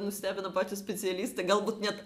nustebina patį specialistą galbūt net